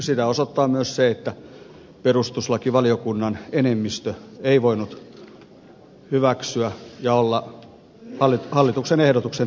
sitä osoittaa myös se että perustuslakivaliokunnan enemmistö ei voinut hyväksyä ja olla hallituksen ehdotuksen takana